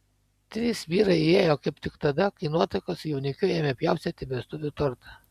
trys vyrai įėjo kaip tik tada kai nuotaka su jaunikiu ėmė pjaustyti vestuvių tortą